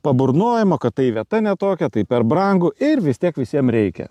paburnojimo kad tai vieta ne tokia tai per brangu ir vis tiek visiem reikia